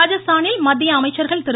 ராஜஸ்தானில் மத்திய அமைச்சர்கள் திரு